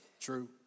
True